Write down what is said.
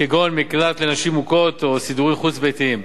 כגון מקלט לנשים מוכות או סידורים חוץ-ביתיים.